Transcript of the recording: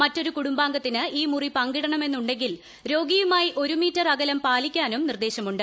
മറ്റൊരു കുടുംബാംഗത്തിന് ഈ മുറി പങ്കിടണമെന്നുണ്ടെങ്കിൽ രോഗിയുമായി ഒരു മീറ്റർ അകലം പാലിക്കാനും നിർദ്ദേശമുണ്ട്